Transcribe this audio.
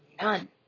None